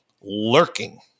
lurking